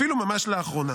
אפילו ממש לאחרונה,